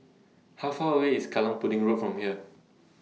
How Far away IS Kallang Pudding Road from here